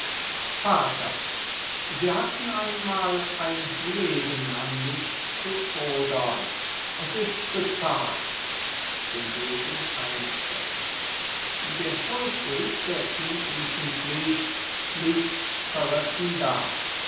vater sie hatten einmal ein leben an mich zu fordern es ist bezahlt den degen einsteckend der schuldbrief der kindlichen pflicht liegt zerrissen da miller